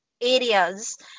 areas